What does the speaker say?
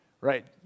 right